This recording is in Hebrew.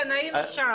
כן, היינו שם.